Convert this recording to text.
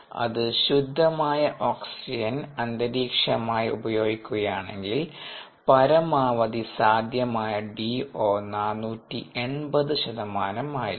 അത് ശുദ്ധമായ ഓക്സിജൻ അന്തരീക്ഷമായി ഉപയോഗിക്കുകയാണെങ്കിൽ പരമാവധി സാധ്യമായ DO 480 ശതമാനം ആയിരിക്കും